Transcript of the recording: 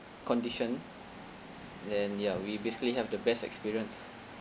condition and ya we basically have the best experience